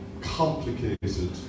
complicated